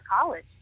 college